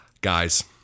guys